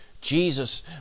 Jesus